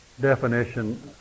definition